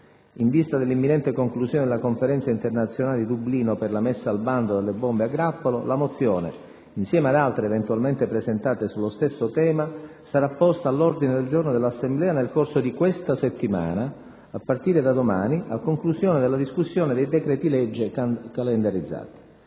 In vista dell'imminente conclusione della Conferenza internazionale di Dublino per la messa al bando delle bombe a grappolo, la mozione, insieme ad altre eventualmente presentate sullo stesso tema, sarà posta all'ordine del giorno dell'Assemblea nel corso di questa settimana, a partire da domani, a conclusione della discussione dei decreti-legge calendarizzati.